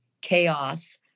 chaos